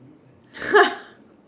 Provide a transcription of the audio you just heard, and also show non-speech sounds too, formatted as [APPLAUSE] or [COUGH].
[LAUGHS]